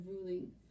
ruling